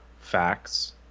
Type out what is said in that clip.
facts